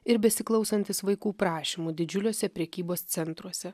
ir besiklausantys vaikų prašymų didžiuliuose prekybos centruose